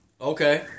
Okay